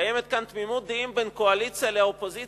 וקיימת כאן תמימות דעים בין קואליציה לאופוזיציה,